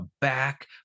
back